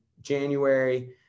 January